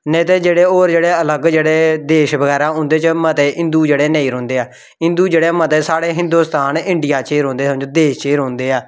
नेईं ते जेह्ड़े होर जेह्ड़े अलग जेह्ड़े देश बगैरा उं'दे च मते हिंदू जेह्ड़े नेईं रौंह्दे ऐ हिंदु जेह्ड़े मते साढ़े हिंदोस्तान इंडिया च गै रौंह्दे समझो देश च गै रौंह्दे ऐ